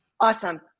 Awesome